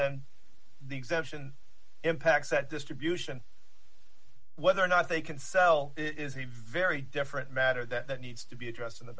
then the exemption impacts that distribution whether or not they can sell it is a very different matter that needs to be addressed in the